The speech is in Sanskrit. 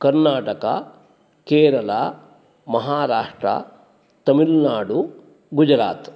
कर्णाटका केरला महाराष्ट्रा तमिल्नाडु गुजरात्